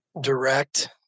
Direct